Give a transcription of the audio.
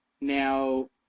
now